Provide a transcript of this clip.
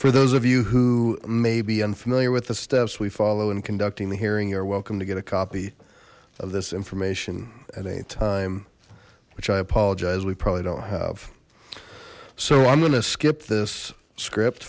for those of you who may be unfamiliar with the steps we follow in conducting the hearing you're welcome to get a copy of this information at any time which i apologize we probably don't have so i'm gonna skip this script